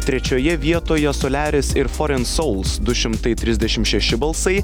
trečioje vietoje soliaris ir foren sauls du šimtai trisdešimt šeši balsai